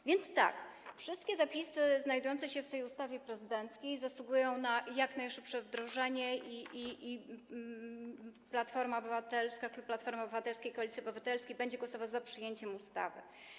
A więc tak: Wszystkie zapisy znajdujące się w tej ustawie prezydenckiej zasługują na jak najszybsze wdrożenie i klub Platformy Obywatelskiej - Koalicji Obywatelskiej będzie głosował za przyjęciem ustawy.